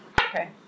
Okay